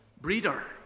breeder